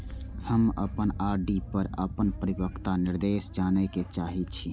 हम अपन आर.डी पर अपन परिपक्वता निर्देश जाने के चाहि छी